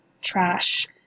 trash